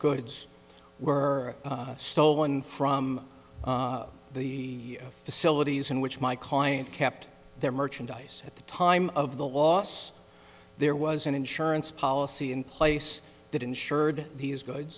goods were stolen from the facilities in which my client kept their merchandise at the time of the loss there was an insurance policy in place that insured these good